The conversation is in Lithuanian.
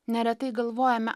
neretai galvojame